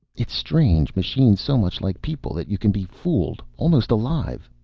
it's strange, machines so much like people that you can be fooled. almost alive.